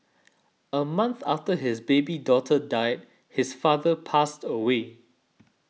a month after his baby daughter died his father passed away